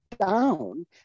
down